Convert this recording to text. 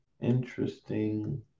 Interesting